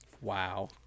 Wow